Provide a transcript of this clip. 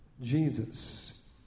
Jesus